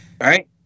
right